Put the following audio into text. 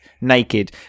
naked